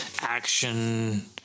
action